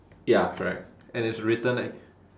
ya correct and it's written like